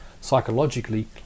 psychologically